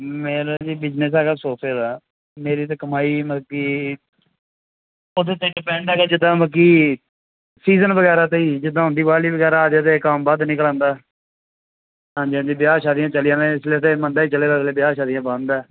ਮੇਰਾ ਜੀ ਬਿਜ਼ਨਸ ਹੈਗਾ ਸੋਫੇ ਦਾ ਮੇਰੀ ਤਾਂ ਕਮਾਈ ਮਤਲਬ ਕਿ ਉਹਦੇ 'ਤੇ ਡਿਪੈਂਡ ਹੈਗਾ ਜਿਸ ਤਰ੍ਹਾਂ ਮਤਲਬ ਕਿ ਸੀਜ਼ਨ ਵਗੈਰਾ 'ਤੇ ਹੀ ਜਿੱਦਾਂ ਹੁਣ ਦਿਵਾਲੀ ਵਗੈਰਾ ਆ ਜਾਵੇ ਕੰਮ ਵੱਧ ਨਿਕਲ ਆਉਂਦਾ ਹਾਂਜੀ ਹਾਂਜੀ ਵਿਆਹ ਸ਼ਾਦੀਆਂ ਚਲੀਆਂ ਵੇ ਇਸ ਵੇਲੇ ਤਾਂ ਮੰਦਾ ਹੀ ਚੱਲੇਗਾ ਅਗਲੇ ਵਿਆਹ ਸ਼ਾਦੀਆਂ ਬੰਦ ਹੈ